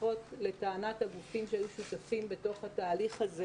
לפחות לטענת הגופים שהיו שותפים בתוך התהליך הזה